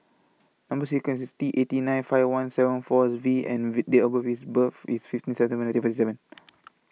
Number sequence IS T eighty nine five one seven four as V and Date of birth IS birth IS fifteen September nineteen forty seven